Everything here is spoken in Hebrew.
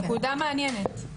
נקודה מעניינת.